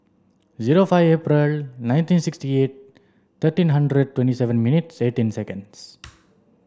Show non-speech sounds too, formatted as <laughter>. zero five April nineteen sixty eight thirteen hundred twenty seven minutes and eighteen seconds <noise>